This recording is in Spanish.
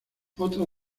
otra